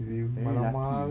very lucky